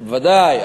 ודאי.